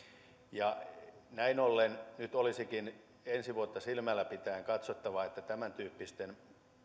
näin ollen nyt olisikin ensi vuotta silmällä pitäen katsottava että tämäntyyppisten